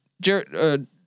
Jared